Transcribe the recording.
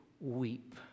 weep